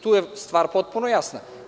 Tu je stvar potpuno jasna.